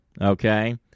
Okay